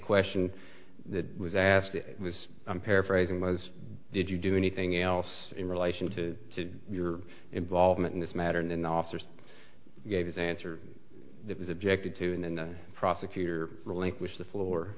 question that was asked was i'm paraphrasing was did you do anything else in relation to your involvement in this matter and then officers gave his answer that was objected to and then the prosecutor relinquish the floor